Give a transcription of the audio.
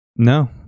No